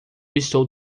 estou